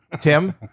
Tim